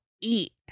eat